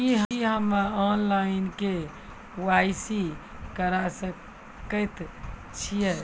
की हम्मे online, KYC करा सकैत छी?